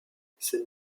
cette